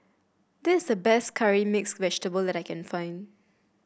this is the best Curry Mixed Vegetable that I can find